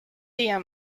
día